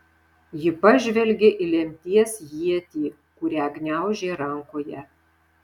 ji pažvelgė į lemties ietį kurią gniaužė rankoje